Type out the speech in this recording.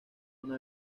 una